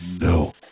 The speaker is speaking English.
No